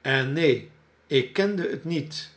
en neen ik kende het niet